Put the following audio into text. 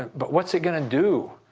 but what's it going to do?